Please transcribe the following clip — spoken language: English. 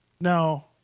Now